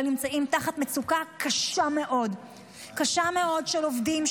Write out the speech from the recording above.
נמצאים תחת מצוקה קשה מאוד של עובדים,